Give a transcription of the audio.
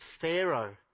Pharaoh